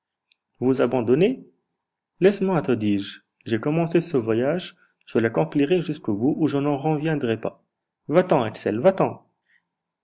vous abandonner laisse-moi te dis-je j'ai commencé ce voyage je l'accomplirai jusqu'au bout ou je n'en reviendrai pas va-t'en axel va-t'en